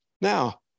Now